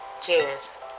Cheers